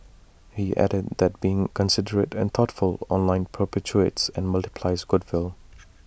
he added that being considerate and thoughtful online perpetuates and multiples goodwill